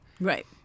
Right